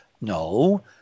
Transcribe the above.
No